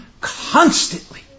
constantly